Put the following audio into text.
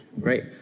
Great